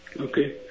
okay